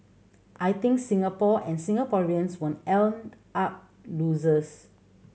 I think Singapore and Singaporeans when end up losers